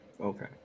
Okay